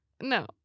no